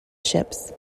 ships